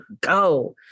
go